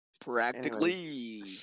Practically